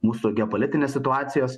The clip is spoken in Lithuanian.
mūsų geopolitinės situacijos